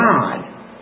God